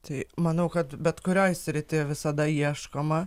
tai manau kad bet kurioj srity visada ieškoma